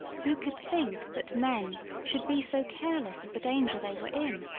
who could think that men should be so careless of the danger they were in?